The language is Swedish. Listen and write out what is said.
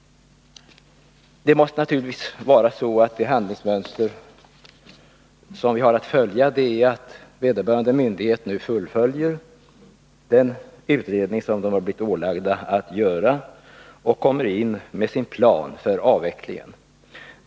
Det handlingsmönster som vi nu har att följa är att vederbörande myndighet fullföljer den utredning som den blivit ålagd att göra och kommer in med sin plan för avvecklingen.